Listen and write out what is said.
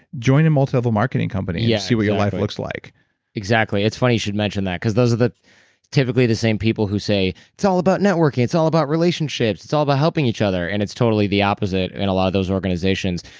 join a multi-level marketing company and yeah see what your life looks like exactly it's funny you should mention that because those are the typically the same people who say, it's all about networking. it's all about relationships. it's all about helping each other, and it's totally the opposite at and a lot of those organizations.